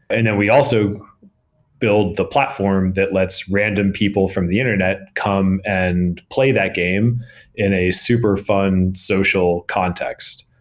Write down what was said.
and then we also build the platform that lets random people from the internet come and play that game in a superfun social context.